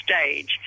stage